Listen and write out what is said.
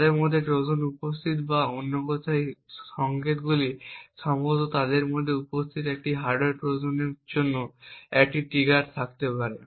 তাদের মধ্যে ট্রোজান উপস্থিত বা অন্য কথায় এই সংকেতগুলি সম্ভবত তাদের মধ্যে উপস্থিত একটি হার্ডওয়্যার ট্রোজানের জন্য একটি ট্রিগার থাকতে পারে